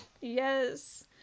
Yes